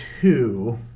two